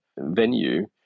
venue